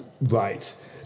Right